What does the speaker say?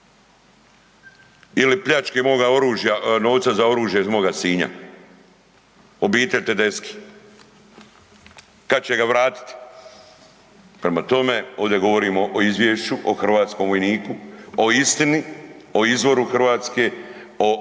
Ili pljačke moga novca za oružje iz moga Sinja. Obitelj Tedeschi, kad će ga vratiti? Prema tome, ovdje govorimo o izvješću o hrvatskom vojniku, o istini, o izvoru Hrvatske, o povjerenju